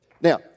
Now